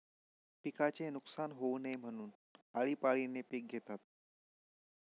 पिकाचे नुकसान होऊ नये म्हणून, आळीपाळीने पिक घेतात